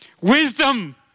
wisdom